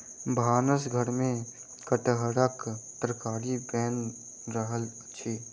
भानस घर में कटहरक तरकारी बैन रहल अछि